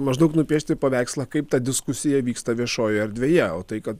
maždaug nupiešti paveikslą kaip ta diskusija vyksta viešojoj erdvėje o tai kad